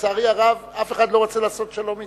לצערי הרב, אף אחד לא רוצה לעשות שלום אתי.